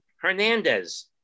Hernandez